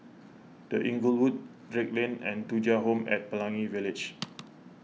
the Inglewood Drake Lane and Thuja Home at Pelangi Village